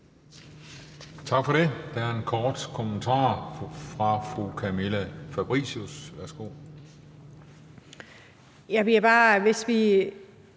Tak for det. Der er en kort bemærkning fra fru Camilla Fabricius. Værsgo.